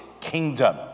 Kingdom